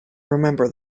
remember